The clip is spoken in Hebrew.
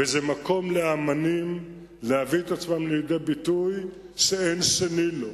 וזה מקום לאמנים להביא את עצמם לידי ביטוי שאין שני לו.